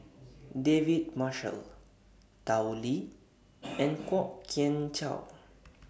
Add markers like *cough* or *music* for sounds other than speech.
David Marshall Tao Li *noise* and Kwok Kian Chow